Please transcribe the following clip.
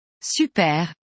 Super